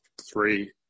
three